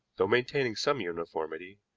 though maintaining some uniformity,